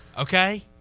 okay